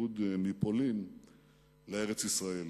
בייחוד מפולין, לארץ-ישראל.